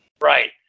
Right